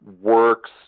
works